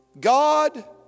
God